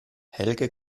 helge